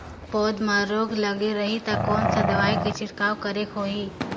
पौध मां रोग लगे रही ता कोन सा दवाई के छिड़काव करेके होही?